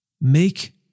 Make